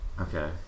Okay